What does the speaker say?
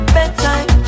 Bedtime